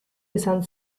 izan